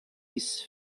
his